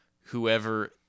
whoever